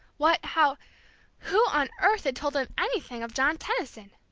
what how who on earth had told them anything of john tenison?